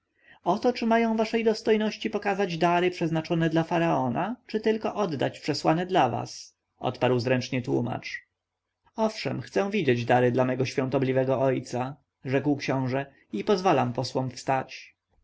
to czy mają waszej dostojności pokazać dary przeznaczone dla faraona czy tylko oddać przesłane dla was odparł zręczny tłomacz owszem chcę widzieć dary dla mego świątobliwego ojca rzekł książę i pozwalam posłom wstać